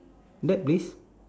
that place